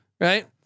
Right